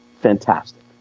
fantastic